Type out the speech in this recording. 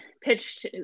pitched